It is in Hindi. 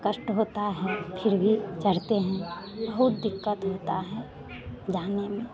कष्ट होता है फिर भी चढ़ते हैं बहुत दिक़्क़त होता है जाने में